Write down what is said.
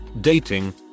dating